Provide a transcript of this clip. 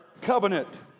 covenant